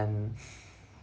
and